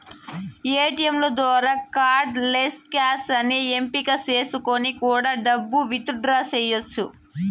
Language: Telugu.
ఏటీయంల ద్వారా కార్డ్ లెస్ క్యాష్ అనే ఎంపిక చేసుకొని కూడా డబ్బు విత్ డ్రా చెయ్యచ్చు